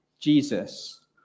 Jesus